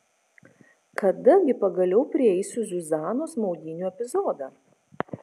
kada gi pagaliau prieisiu zuzanos maudynių epizodą